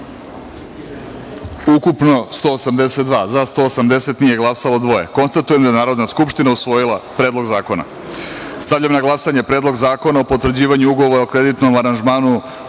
ukupno – 182, za – 180, nije glasalo –dvoje. Konstatujem da je Narodna skupština usvojila Predlog zakona. Stavljam na glasanje, Predlog zakona o potvrđivanju Ugovora o kreditnom aranžmanu